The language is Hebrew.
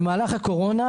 במהלך הקורונה,